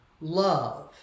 love